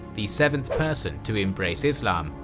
the seventh person to embrace islam,